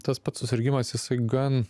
tas pat susirgimas jisai gan